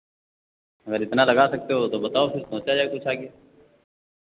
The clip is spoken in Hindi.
अगर इतना लगा सकते हो तो बताओ फिर सोचा जाये कुछ आगे